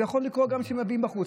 זה יכול לקרות גם כשמביאים מבחוץ.